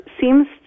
seems